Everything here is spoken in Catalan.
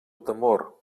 temor